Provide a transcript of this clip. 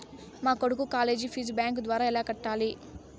మా కొడుకు college fee bank ద్వారా ఎలా కట్టాలి?